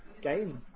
game